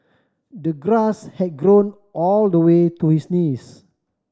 the grass had grown all the way to his knees